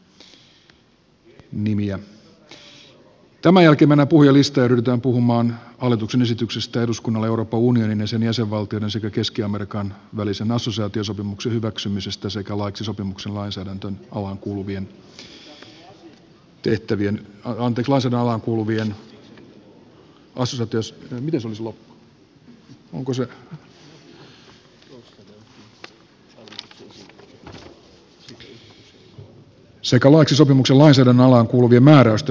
tämän jälkeen mennään puhujalistaan ja ryhdytään puhumaan hallituksen esityksestä eduskunnalle euroopan unionin ja sen jäsenvaltioiden sekä keski amerikan välisen assosiaatiosopimuksen hyväksymisestä sekä laiksi sopimuksen lainsäädännön alaan kuuluvien tehtävien anteeksi lainsäädännön alaan kuuluvien määräysten voimaansaattamisesta